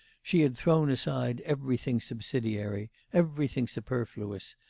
she had thrown aside everything subsidiary, everything superfluous,